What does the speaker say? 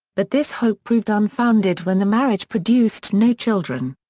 but this hope proved unfounded when the marriage produced no children.